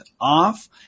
off